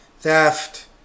theft